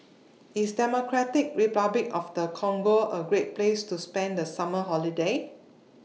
IS Democratic Republic of The Congo A Great Place to spend The Summer Holiday